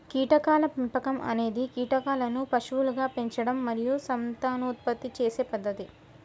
కీటకాల పెంపకం అనేది కీటకాలను పశువులుగా పెంచడం మరియు సంతానోత్పత్తి చేసే పద్ధతి